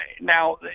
Now